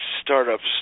startups